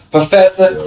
Professor